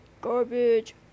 garbage